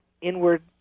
inward